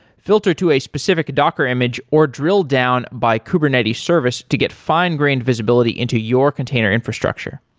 filter to a specific docker image, or drill down by kubernetes service to get fine-grained visibility into your container infrastructure.